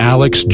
Alex